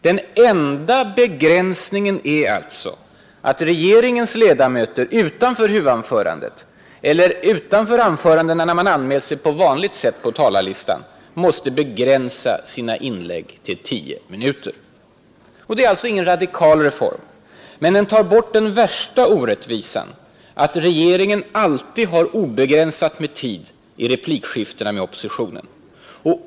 Den enda begränsningen är alltså att regeringens ledamöter utanför huvudanförandet måste begränsa sina inlägg till tio minuter. Det är med andra ord ingen radikal reform. Men den tar bort den värsta orättvisan: att regeringen alltid har obegränsat med tid i replikskiftena med oppositionen.